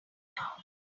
now